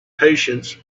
patience